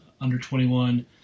Under-21